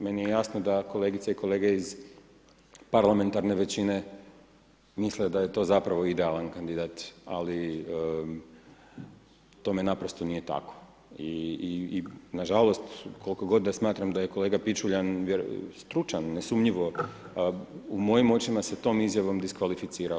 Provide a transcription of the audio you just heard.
Meni je jasno da kolegice i kolege iz parlamentarne većine misle da je to zapravo idealan kandidat ali tome naprosto nije tako i nažalost, koliko god da smatram da je kolega Pičuljan stručan nesumnjivo, u mojim očima se tom izjavom diskvalificirao.